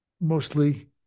mostly